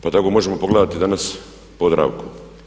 Pa tako možemo pogledati danas Podravku.